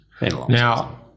Now